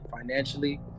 financially